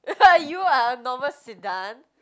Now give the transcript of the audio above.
you are a normal sedan